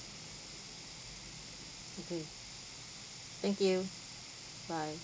mm thank you bye